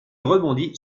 rebondis